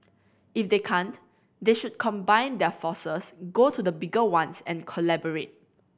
if they can't they should combine their forces go to the bigger ones and collaborate